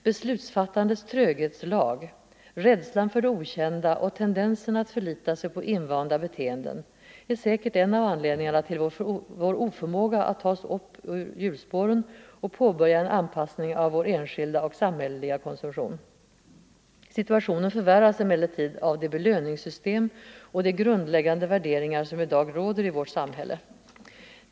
——- Beslutsfattandets tröghetslag, rädslan för det okända och tendensen att förlita sig på invanda beteenden är säkert en av anledningarna till vår oförmåga att ta oss upp ur hjulspåren och påbörja en anpassning av vår enskilda och samhälleliga konsumtion. Situationen förvärras emellertid av de belöningssystem och de grundläggande värderingar som i dag råder i vårt samhälle.